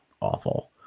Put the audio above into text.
awful